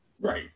Right